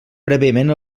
prèviament